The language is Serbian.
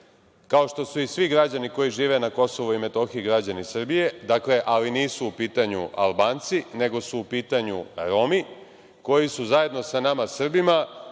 kao što su i svi građani koji žive na Kosovu i Metohiji građani Srbije. Dakle, nisu u pitanju Albanci, nego su u pitanju Romi koji su zajedno sa nama Srbima